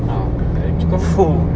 ah kat lim chu kang kan !fuh!